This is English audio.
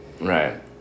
right